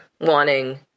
wanting